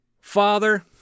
Father